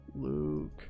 Luke